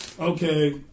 Okay